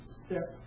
step